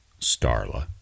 Starla